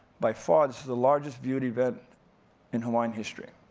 by far, this is the largest viewed event in hawaiian history.